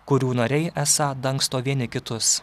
kurių nariai esą dangsto vieni kitus